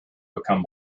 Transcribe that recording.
becomes